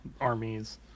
armies